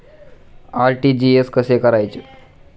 RTGS कसे करायचे?